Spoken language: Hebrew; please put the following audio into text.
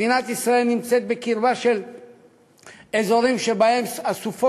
מדינת ישראל נמצאת בקרבת אזורים שסופות